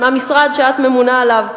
מהמשרד שאת ממונה עליו,